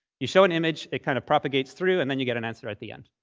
you show an image. it kind of propagates through, and then you get an answer at the end.